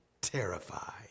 terrified